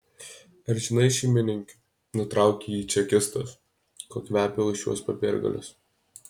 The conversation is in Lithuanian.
ar žinai šeimininke nutraukė jį čekistas kuo kvepia už šiuos popiergalius